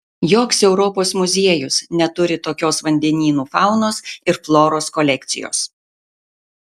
joks europos muziejus neturi tokios vandenynų faunos ir floros kolekcijos